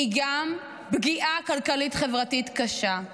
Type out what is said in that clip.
היא גם פגיעה כלכלית-חברתית קשה.